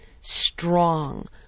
strong